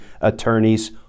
attorneys